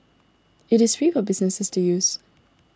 it is free for businesses to use